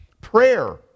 Prayer